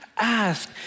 ask